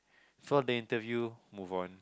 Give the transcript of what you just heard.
so the interview move on